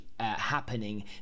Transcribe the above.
Happening